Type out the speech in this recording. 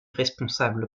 responsable